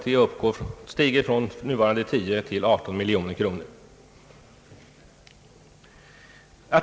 Beloppet stiger från nuvarande 10 miljoner till 18 miljoner kronor.